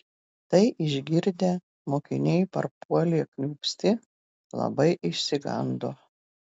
tai išgirdę mokiniai parpuolė kniūpsti labai išsigando